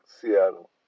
Seattle